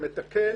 ומתקן,